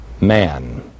man